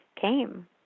came